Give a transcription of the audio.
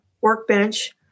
workbench